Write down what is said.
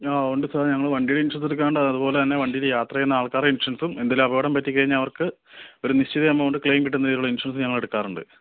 ആ ഉണ്ട് സാർ ഞങ്ങൾ വണ്ടിയുടെ ഇൻഷുറൻസ് എടുക്കാനായിട്ട് അതുപോലെ തന്നെ വണ്ടിയിൽ യാത്ര ചെയ്യുന്ന ആൾക്കാരുടെ ഇൻഷുറൻസും എന്തെങ്കിലും അപകടം പറ്റിക്കഴിഞ്ഞാൽ അവർക്ക് ഒരു നിശ്ചിത എമൗണ്ട് ക്ലെയിം കിട്ടുന്ന രീതിയിലുള്ള ഇൻഷുറൻസും ഞങ്ങൾ എടുക്കാറുണ്ട്